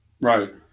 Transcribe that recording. Right